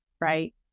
right